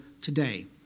today